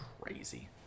crazy